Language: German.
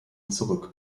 zurück